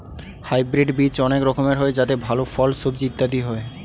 hybrid বীজ অনেক রকমের হয় যাতে ভালো ফল, সবজি ইত্যাদি হয়